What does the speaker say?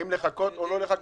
האם לחכות או לא לחכות?